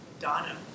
Donna